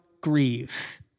grieve